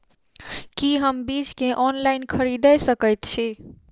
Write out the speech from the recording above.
की हम बीज केँ ऑनलाइन खरीदै सकैत छी?